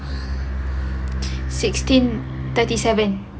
sixteen thirty seven